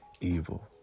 evil